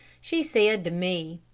she said to me,